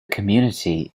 community